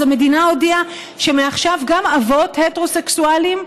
אז המדינה הודיעה שמעכשיו גם אבות הטרוסקסואלים,